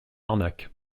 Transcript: arnaque